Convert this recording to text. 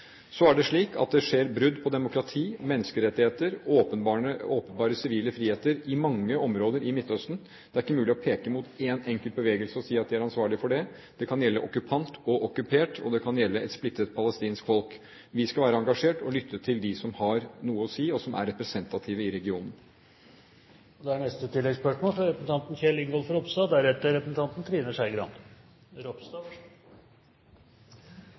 Så er det slik at det skjer brudd på demokratiske prinsipper, menneskerettigheter og åpenbare sivile friheter i mange områder i Midtøsten. Det er ikke mulig å peke mot én enkelt bevegelse og si at de er ansvarlig for det – det kan gjelde okkupant og okkupert, og det kan gjelde et splittet palestinsk folk. Vi skal være engasjert og lytte til dem som har noe å si og som er representative i regionen.